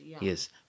yes